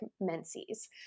menses